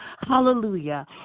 Hallelujah